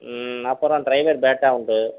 ம் அப்புறம் ட்ரைவர் பேட்டா உண்டு